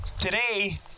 today